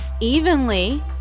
evenly